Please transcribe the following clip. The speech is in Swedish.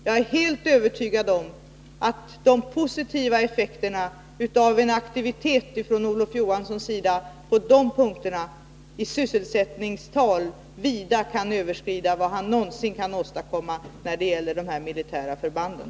Jag är helt övertygad om att de positiva effekterna av en aktivitet från Olof Johanssons sida därvidlag i sysselsättningstal vida kan överskrida vad han någonsin kan åstadkomma när det gäller de militära förbanden.